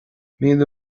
míle